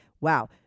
Wow